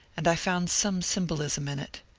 and i found some symbolism in it.